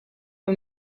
een